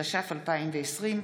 התש"ף 2020,